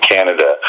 Canada